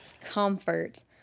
Comfort